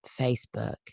Facebook